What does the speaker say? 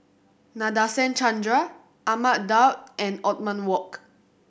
Nadasen Chandra Ahmad Daud and Othman Wok